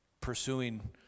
pursuing